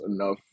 enough